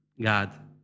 God